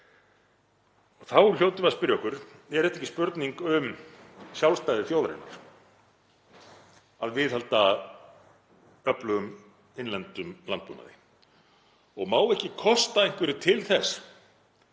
Þá hljótum við að spyrja okkur: Er þetta ekki spurning um sjálfstæði þjóðarinnar, að viðhalda öflugum innlendum landbúnaði? Og má ekki kosta einhverju til þess